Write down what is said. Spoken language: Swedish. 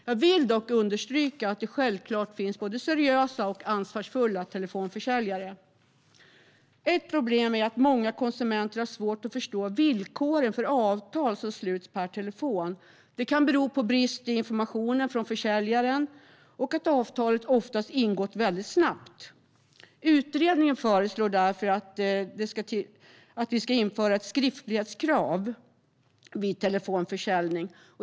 Jag vill dock understryka att det självklart finns både seriösa och ansvarsfulla telefonförsäljare. Ett problem är att många konsumenter har svårt att förstå villkoren för avtal som sluts per telefon. Det kan bero på brister i informationen från försäljaren och på att avtalet ofta ingås väldigt snabbt. Utredningen föreslår därför att vi ska införa ett skriftlighetskrav vid telefonförsäljning.